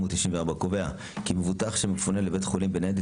קובע כי מבוטח שמפונה לבית חולים בניידת